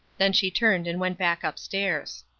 then she turned and went back up-stairs.